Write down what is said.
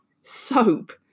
soap